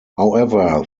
however